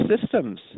systems